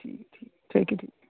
ਠੀਕ ਠੀਕ thank you ਜੀ